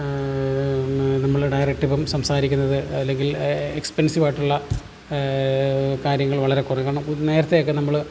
നമ്മൾ ഡയറക്ട് ഇപ്പം സംസാരിക്കുന്നത് അല്ലെങ്കിൽ എക്സ്പെൻസീവായിട്ടുള്ള കാര്യങ്ങൾ വളരെ കുറക്കണം നേരത്തെയൊക്കെ നമ്മൾ